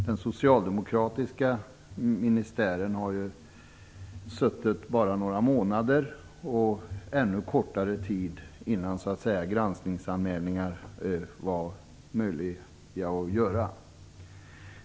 Den socialdemokratiska ministären har ju bara suttit några månader, och ännu kortare tid innan granskningsanmälningar var möjliga att göra.